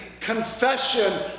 confession